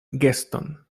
geston